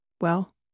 Well